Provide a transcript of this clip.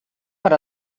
per